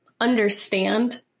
understand